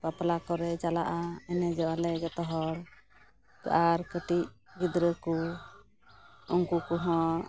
ᱵᱟᱯᱞᱟ ᱠᱚᱨᱮ ᱪᱟᱞᱟᱜᱼᱟ ᱮᱱᱮᱡᱚᱜ ᱟᱞᱮ ᱡᱚᱛᱚ ᱦᱚᱲ ᱟᱨ ᱠᱟᱹᱴᱤᱡ ᱜᱤᱫᱨᱟᱹᱠᱩ ᱩᱝᱠᱩ ᱠᱚᱦᱚᱸ